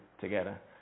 together